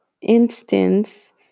instance